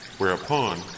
Whereupon